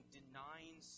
denying